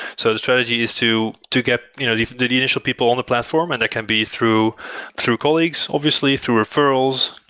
so the strategy is to to get you know the the initial people on the platform and that can be through through colleagues, obviously, through referrals,